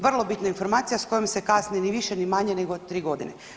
Vrlo bitan informacija s kojom se kasni ni više ni manje nego 3 godine.